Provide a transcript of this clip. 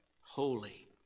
holy